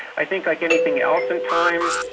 i think like anything else in time,